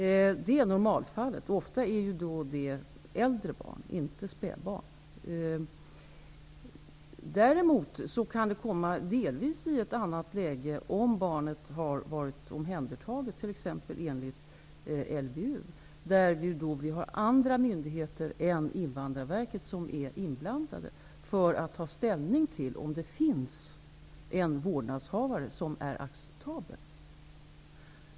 Det är normalfallet. Detta gäller ju ofta äldre barn och inte spädbarn. Det kan däremot delvis komma i ett annat läge om barnet har varit omhändertaget, t.ex enligt LVU. Där är andra myndigheter än Invandrarverket inblandade för att ta ställning till om det finns en vårdnadshavare som är acceptabel.